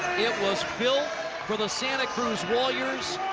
it was built for the santa cruz warriors.